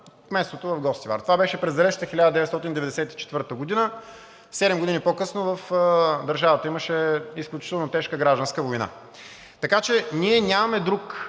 кметството в Гостивар. Това беше през далечната 1994 г., седем години по-късно в държавата имаше изключително тежка гражданска война. Така че ние нямаме друг